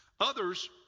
Others